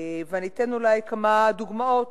אני אתן אולי כמה דוגמאות.